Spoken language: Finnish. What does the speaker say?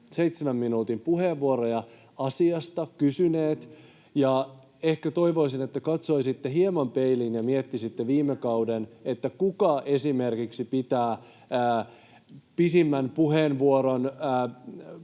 seitsemän minuutin puheenvuoroja asiasta ja kysyneet, ja ehkä toivoisin, että katsoisitte hieman peiliin ja miettisitte viime kautta, että kuka esimerkiksi pitää pisimmän puheenvuoron